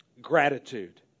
Gratitude